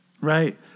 Right